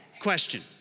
Question